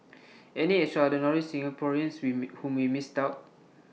any extraordinary Singaporeans with whom we missed out